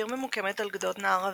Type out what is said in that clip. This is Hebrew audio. העיר ממוקמת על גדות נהר הוויסלה,